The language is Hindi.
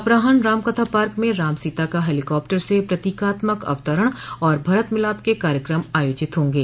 अपरान्ह रामकथा पार्क में राम सीता का हेलीकॉप्टर से प्रतीकात्मक अवतरण और भरत मिलाप के कार्यकम आयोजित होंगे